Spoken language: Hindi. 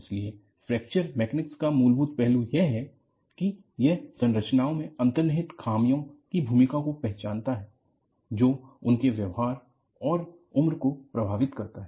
इसलिए फ्रैक्चर मैकेनिक्स का मूलभूत पहलू यह है कि यह संरचनाओं में अंतर्निहित ख़ामियों की भूमिका को पहचानता है जो उनके व्यवहार और उम्र को प्रभावित करता हैं